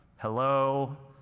hello,